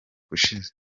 ushize